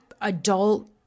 adult